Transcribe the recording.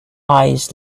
eyes